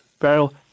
barrel